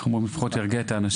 שלפחות ירגיע את האנשים.